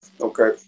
Okay